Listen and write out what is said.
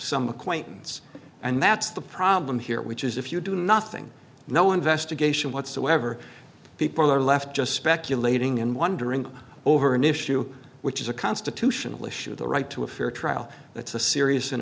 some acquaintance and that's the problem here which is if you do nothing no investigation whatsoever people are left just speculating and wondering over an issue which is a constitutional issue the right to a fair trial that's a serious and